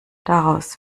daraus